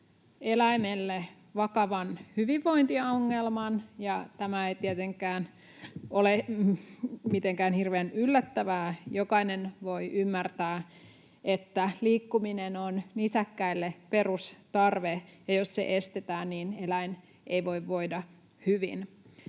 eläimelle vakavan hyvinvointiongelman, ja tämä ei tietenkään ole mitenkään hirveän yllättävää. Jokainen voi ymmärtää, että liikkuminen on nisäkkäille perustarve ja jos se estetään, niin eläin ei voi voida hyvin.